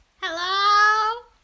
Hello